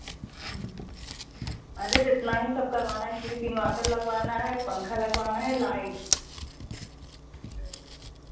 अरे तो इतना ही सब करवाना है सिर्फ़ इन्वर्टर लगवाना है पंखा लगवाना है लाइट